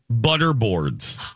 Butterboards